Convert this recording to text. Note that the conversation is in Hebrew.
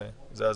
זה הזמן.